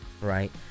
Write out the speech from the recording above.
Right